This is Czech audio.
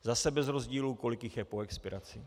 Zase bez rozdílu, kolik jich je po expiraci.